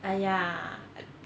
!aiya! !aiya!